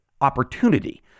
opportunity